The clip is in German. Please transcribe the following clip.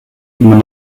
immer